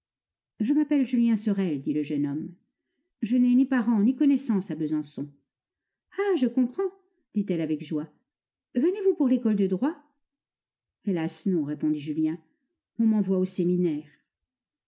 je m'appelle julien sorel dit le jeune homme je n'ai ni parents ni connaissance à besançon ah je comprends dit-elle avec joie vous venez pour l'école de droit hélas non répondit julien on m'envoie au séminaire